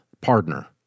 partner